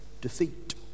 defeat